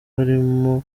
harimo